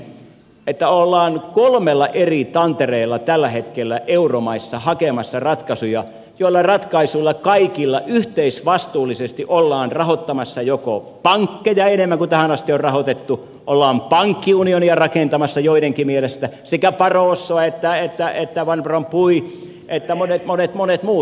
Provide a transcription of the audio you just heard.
minä kiteytän perussanomani siihen että ollaan kolmella eri tantereella tällä hetkellä euromaissa hakemassa ratkaisuja joilla kaikilla ratkaisuilla yhteisvastuullisesti ollaan joko rahoittamassa pankkeja enemmän kuin tähän asti on rahoitettu ollaan pankkiunionia rakentamassa joidenkin mielestä sekä barroso että van rompuy että monet monet monet muut